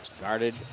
Guarded